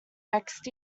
next